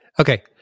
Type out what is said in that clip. okay